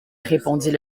répondit